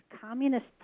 Communist